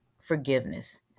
forgiveness